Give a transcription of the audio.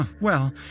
Well